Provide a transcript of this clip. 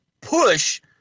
push